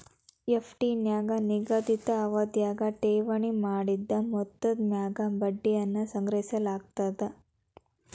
FD ನ್ಯಾಗ ನಿಗದಿತ ಅವಧ್ಯಾಗ ಠೇವಣಿ ಮಾಡಿದ ಮೊತ್ತದ ಮ್ಯಾಗ ಬಡ್ಡಿಯನ್ನ ಸಂಗ್ರಹಿಸಲಾಗ್ತದ